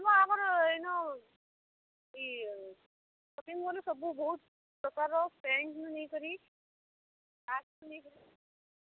ଆମର ଇନ ଇ କଟିଂ ବେଲେ ସବୁ ବହୁତ ପ୍ରକାର ପେଣ୍ଟନୁ ନେଇକରି ନେଇକରି